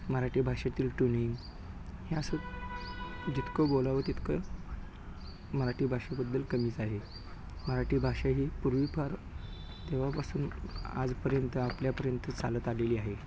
मराठी भाषेतील ट्यूनिंग हे असं जितकं बोलावं तितकं मराठी भाषेबद्दल कमीच आहे मराठी भाषा ही पूर्वीपार तेव्हापासून आजपर्यंत आपल्यापर्यंत चालत आलेली आहे